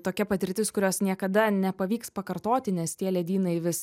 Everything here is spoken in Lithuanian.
tokia patirtis kurios niekada nepavyks pakartoti nes tie ledynai vis